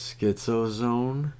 Schizozone